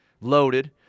loaded